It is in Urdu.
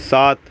سات